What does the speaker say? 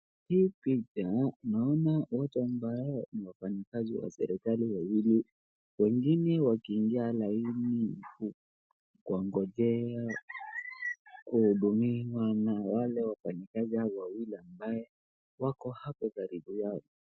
Hii picha naona watu ambaye ni wafanyikazi wa serikali wawili wengine wakiingia laini kuwangojea kuhudumiwa na wale wafanyikazi wawili ambaye wako hapo karibu yao.